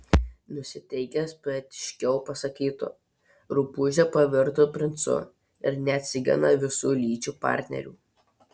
nusiteikęs poetiškiau pasakytų rupūžė pavirto princu ir neatsigina visų lyčių partnerių